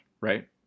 right